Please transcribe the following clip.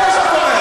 זה מה שאתה אומר.